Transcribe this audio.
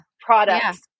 products